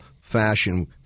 fashion